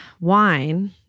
wine